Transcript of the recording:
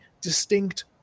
distinct